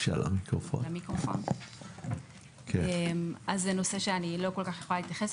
זה נושא שאני לא כל כך יכולה להתייחס